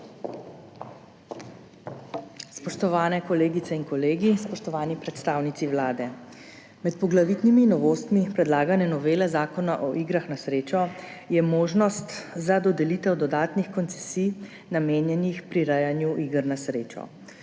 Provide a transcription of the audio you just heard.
Spoštovani kolegice in kolegi, spoštovani predstavnici Vlade! Med poglavitnimi novostmi predlagane novele Zakona o igrah na srečo je možnost za dodelitev dodatnih koncesij, namenjenih prirejanju iger na srečo.